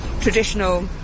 traditional